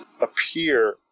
appear